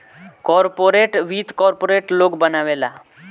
corporate वित्त corporate लोग बनावेला